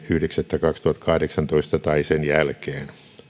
yhdeksättä kaksituhattakahdeksantoista tai sen jälkeen